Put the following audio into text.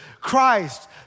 Christ